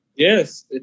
Yes